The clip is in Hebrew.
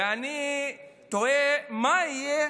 ואני תוהה, מה יהיה